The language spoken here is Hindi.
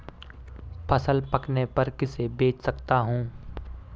फसल पकने पर किसे बेच सकता हूँ?